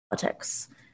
politics